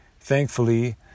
thankfully